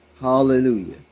Hallelujah